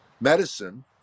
medicine